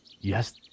Yes